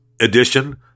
edition